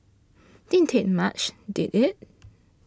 didn't take much did it